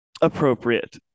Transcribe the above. appropriate